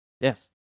Yes